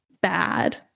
bad